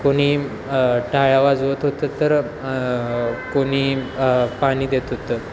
कोणी टाळ्या वाजवत होतं तर कोणी पाणी देत होतं